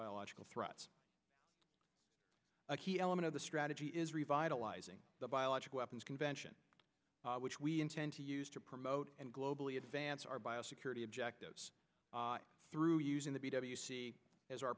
biological threats a key element of the strategy is revitalizing the biological weapons convention which we intend to use to promote and globally advance our biosecurity objectives through using the b w c as our